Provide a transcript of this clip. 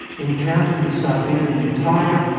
encountered the siberian tiger,